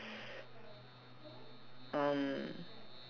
~s um